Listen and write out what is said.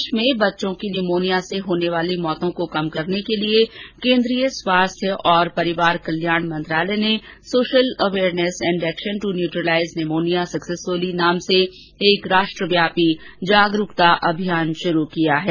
देश में बच्चों की न्यूमोनिया से होने वाली मौतों को कम करने के लिए केन्द्रीय स्वास्थ्य और परिवार कल्याण मंत्रालय ने social awareness and actions to neutralise pneumonia successfully नाम से एक राष्ट्रव्यापी जागरूकता अभियान शुरू किया है